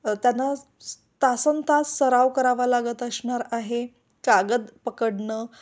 त्यांना तासनंतास सराव करावा लागत असणार आहे कागद पकडणं